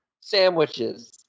Sandwiches